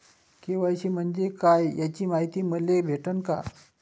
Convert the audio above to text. KYC म्हंजे काय याची मायती मले भेटन का?